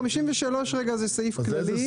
53 זה סעיף כללי.